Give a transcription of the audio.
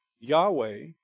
Yahweh